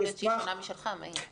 יכול להיות שהיא שונה משלך, מאיר.